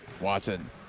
Watson